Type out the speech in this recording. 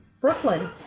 Brooklyn